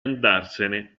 andarsene